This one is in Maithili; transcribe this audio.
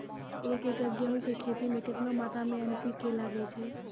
एक एकरऽ गेहूँ के खेती मे केतना मात्रा मे एन.पी.के लगे छै?